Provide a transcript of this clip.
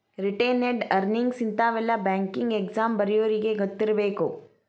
retained earnings ಇಂತಾವೆಲ್ಲ banking exam ಬರ್ಯೋರಿಗಿ ಗೊತ್ತಿರ್ಬೇಕು